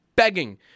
begging